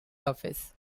office